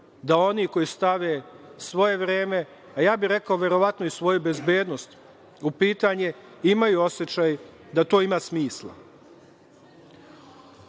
da oni koji stave svoje vreme, a ja bih rekao verovatno i svoju bezbednost u pitanje imaju osećaj da to ima smisla. Ono